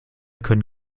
können